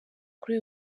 kuri